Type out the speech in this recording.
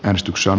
äänestyksen